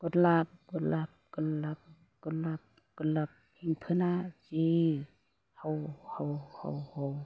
गुरलाब गुरलाब गुरलाब गुरलाब गुरलाब फेम्फोना जि हाव हाव हाव